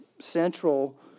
central